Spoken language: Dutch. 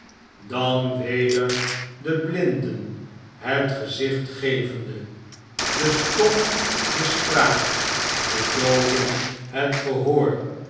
dan weder de blinden het gezicht gevende de stommen de spraak de dooven het gehoor